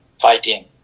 fighting